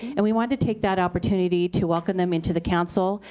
and we wanted to take that opportunity to welcome them into the council.